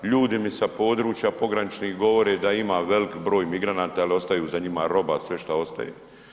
Ljudi mi sa područja pograničnih govore da ima velik broj migranata jer ostaju za njima roba, sve što ostaje.